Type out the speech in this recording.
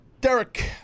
Derek